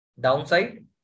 downside